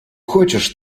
хочешь